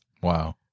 Wow